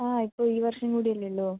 ആ ഇപ്പം ഈ വർഷം കൂടിയല്ലേ ഉള്ളൂ